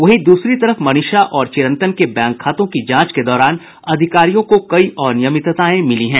वहीं दूसरी तरफ मनीषा और चिरंतन के बैंक खातों की जांच के दौरान अधिकारियों को कई अनियमितताएं मिली हैं